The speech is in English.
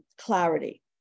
clarity